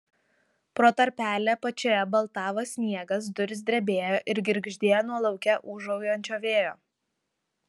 pro tarpelį apačioje baltavo sniegas durys drebėjo ir girgždėjo nuo lauke ūžaujančio vėjo